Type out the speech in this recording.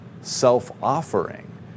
self-offering